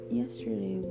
yesterday